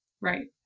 right